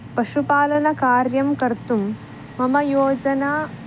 पशुपालनकार्यं कर्तुं मम योजना